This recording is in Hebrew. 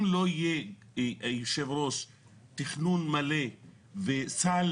אם לא יהיה תכנון מלא וסל,